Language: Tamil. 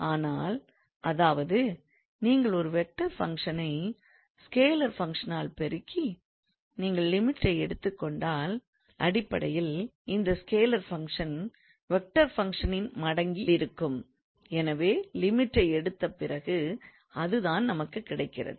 அதனால் அதாவது நீங்கள் ஒரு வெக்டார் ஃபங்க்ஷ ஐ ஸ்கேலார் ஃபங்க்ஷன் ஆல் பெருக்கி நீங்கள் லிமிட்டை எடுத்துக் கொண்டால் அடிப்படையில் இந்த ஸ்கேலார் ஃபங்க்ஷன் வெக்டார் ஃபங்க்ஷன் ன் மடங்கிலிருக்கும் எனவே லிமிட்டை எடுத்த பிறகு அதுதான் நமக்குக் கிடைக்கிறது